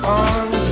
on